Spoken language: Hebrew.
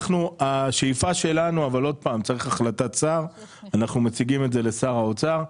אנחנו קודם צריכים להציג את זה בפני שר האוצר.